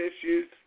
issues